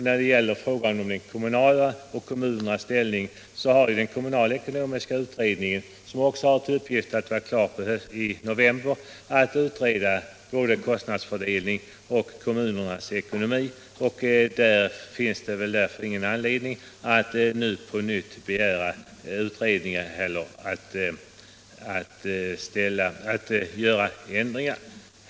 När det gäller kommunerna har den kommunalekonomiska utredningen, som också skall vara klar i november 1977, att utreda både kostnadsfördelning och kommunernas ekonomi. Det finns därför ingen anledning att på nytt begära en utredning eller företa andra ändringar.